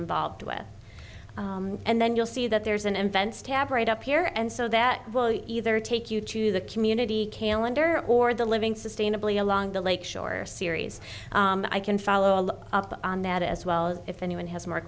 involved with and then you'll see that there's an invented tab right up here and so that will either take you to the community kale and her or the living sustainably along the lake shore series i can follow up on that as well as if anyone has more